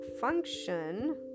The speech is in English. function